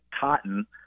cotton